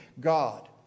God